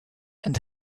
and